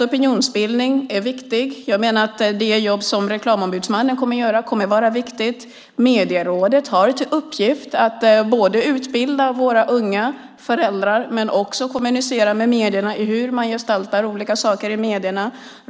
Opinionsbildning är viktigt. Det jobb som Reklamombudsmannen kommer att göra kommer att vara viktigt. Medierådet har till uppgift att både utbilda våra unga och föräldrar och kommunicera med medierna om hur man gestaltar olika saker i medierna.